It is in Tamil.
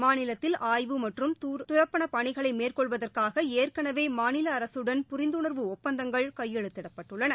மாநிலத்தில் ஆய்வு மற்றும் துரப்பணப் பணிகளை மேற்கொள்வதற்காக ஏற்கனவே மாநில அரசுடன் புரிந்துணர்வு ஒப்பந்தங்கள் கையெழுத்திடப்பட்டுள்ளன